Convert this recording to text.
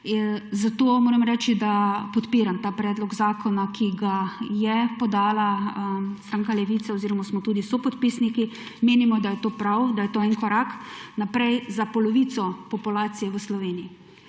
Zato moram reči, da podpiram ta predlog zakona, ki ga je podala stranka Levica oziroma smo tudi sopodpisniki. Menimo, da je to prav, da je to en korak naprej za polovico populacije v Sloveniji.